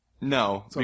No